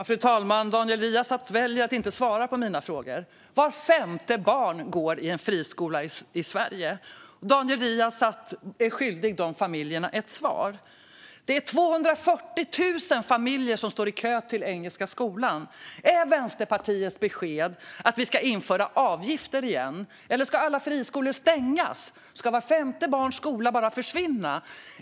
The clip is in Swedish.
Fru talman! Daniel Riazat väljer att inte svara på mina frågor. Vart femte barn i Sverige går i en friskola. Daniel Riazat är skyldig dessa familjer ett svar. Det är 240 000 familjer som står i kö till Engelska Skolan. Är Vänsterpartiets besked att vi ska införa avgifter igen, eller ska alla friskolor stängas? Ska vart femte barns skola bara försvinna?